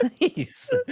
nice